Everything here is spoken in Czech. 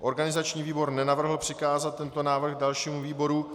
Organizační výbor nenavrhl přikázat tento návrh dalšímu výboru.